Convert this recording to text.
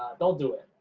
don't do it.